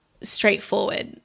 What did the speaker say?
straightforward